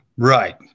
Right